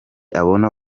abona